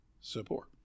support